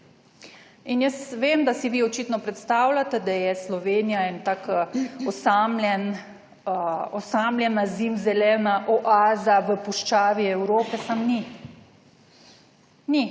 In jaz vem, da si vi očitno predstavljate, da je Slovenija en taka osamljena zimzelena oaza v puščavi Evrope, samo ni, ni